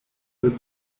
with